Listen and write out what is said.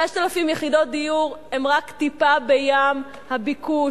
5,000 יחידות דיור הן רק טיפה בים הביקוש.